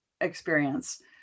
experience